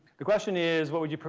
the question is what would you,